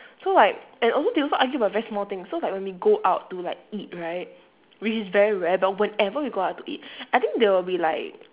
so like and also they also argue about very small thing so like when we go out to like eat right which is very rare but whenever we go out to eat I think they will be like